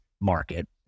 market